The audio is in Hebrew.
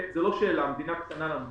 זו לא שאלה, המדינה קטנה לנו.